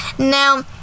Now